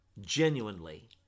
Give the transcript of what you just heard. genuinely